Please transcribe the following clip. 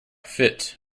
fit